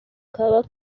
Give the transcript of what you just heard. kaba